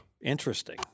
Interesting